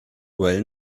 well